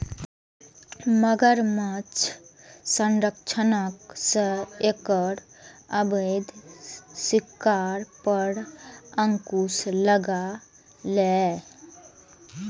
मगरमच्छ संरक्षणक सं एकर अवैध शिकार पर अंकुश लागलैए